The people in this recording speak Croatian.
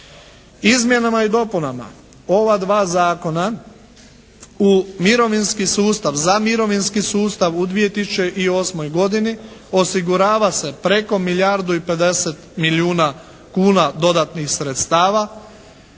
Izmjenama i dopunama ova dva zakona u mirovinski sustav, za mirovinski sustav u 2008. godini osigurava se preko milijardu i 50 milijuna kuna dodatnih sredstava.